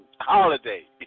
holiday